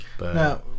now